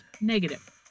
negative